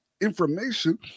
information